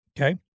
Okay